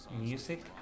music